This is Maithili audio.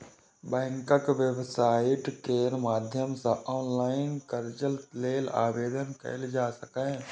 बैंकक वेबसाइट केर माध्यम सं ऑनलाइन कर्ज लेल आवेदन कैल जा सकैए